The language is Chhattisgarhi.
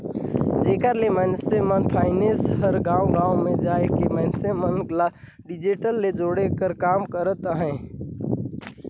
जेकर ले माइक्रो फाइनेंस हर गाँव गाँव में जाए के मइनसे मन ल डिजिटल ले जोड़े कर काम करत अहे